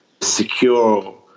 secure